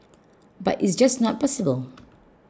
but it's just not possible